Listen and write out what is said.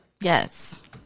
yes